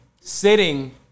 sitting